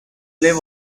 play